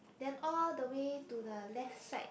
then all the way to the left side